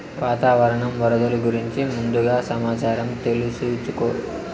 వాతావరణం వరదలు గురించి ముందుగా సమాచారం తెలుసుకోవచ్చా?